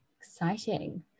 Exciting